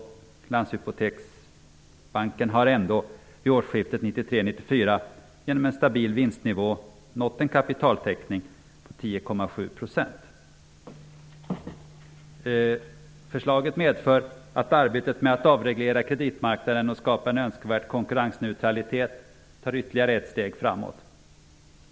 Landshypoteksbanken hade ändå vid årsskiftet 1993--1994 genom en stabil vinstnivå nått en kapitaltäckning på 10,7 %. Förslaget medför att arbetet med att avreglera kreditmarknaden och skapa en önskvärd konkurrensneutralitet tar ytterligare ett steg framåt.